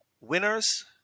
winners